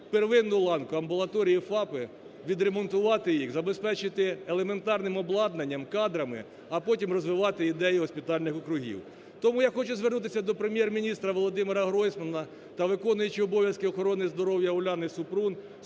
первинну ланку – амбулаторії і ФАПи, відремонтувати їх, забезпечити елементарним обладнанням, кадрами, а потім розвивати ідею госпітальних округів. Тому я хочу звернутися до Прем'єр-міністра Володимира Гройсмана та виконуючої обов'язки охорони здоров'я Уляни Супрун